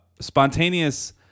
Spontaneous